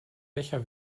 becher